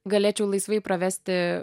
galėčiau laisvai pravesti